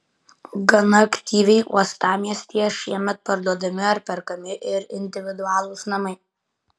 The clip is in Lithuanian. gana aktyviai uostamiestyje šiemet parduodami ar perkami ir individualūs namai